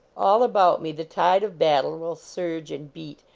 all about me the tide of battle will surge and beat,